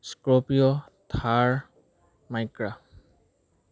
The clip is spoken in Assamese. Scorpio Thar Micra